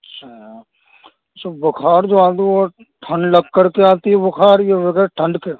اچھا تو بخار جو آتی ہے وہ ٹھنڈ لگ کر کے آتی ہے بخار یا بغیر ٹھنڈ کے